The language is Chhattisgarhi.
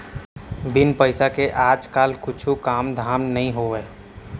बिन पइसा के आज काल कुछु कामे धाम नइ होवय